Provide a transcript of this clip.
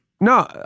No